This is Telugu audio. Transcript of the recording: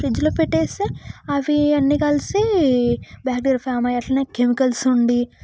ఫ్రిడ్జ్లో పెట్టేస్తే అవి అన్నీ కలిసి బ్యాక్టీరియా ఫామ్ అయ్యి అట్లనే కెమికల్స్ ఉండి